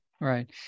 Right